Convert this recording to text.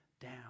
down